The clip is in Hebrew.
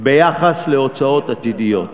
ביחס להוצאות עתידיות,